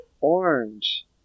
Orange